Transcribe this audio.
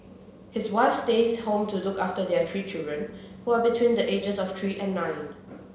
his wife stays home to look after their three children who are between the ages of three and nine